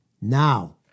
Now